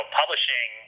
publishing